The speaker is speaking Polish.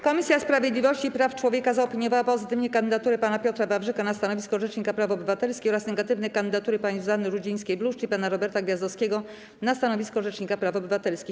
Komisja Sprawiedliwości i Praw Człowieka zaopiniowała pozytywnie kandydaturę pana Piotra Wawrzyka na stanowisko rzecznika praw obywatelskich oraz negatywnie kandydatury pani Zuzanny Rudzińskiej-Bluszcz i pana Roberta Gwiazdowskiego na stanowisko rzecznika praw obywatelskich.